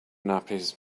diapers